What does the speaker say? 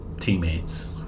teammates